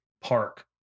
park